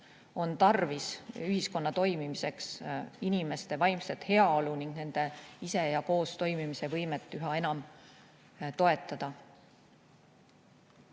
on tarvis ühiskonna toimimiseks inimeste vaimset heaolu ning nende ise- ja koostoimimise võimet üha enam toetada.